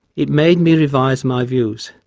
it made me revise my views.